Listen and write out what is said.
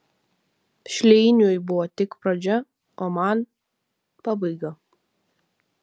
šleiniui buvo tik pradžia o man pabaiga